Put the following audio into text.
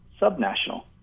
subnational